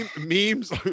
memes